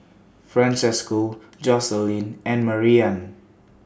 Francesco Joselin and Marian